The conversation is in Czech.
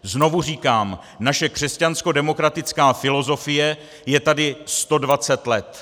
Znovu říkám, naše křesťanskodemokratická filozofie je tady sto dvacet let!